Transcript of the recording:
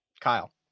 Kyle